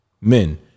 Men